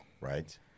Right